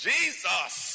Jesus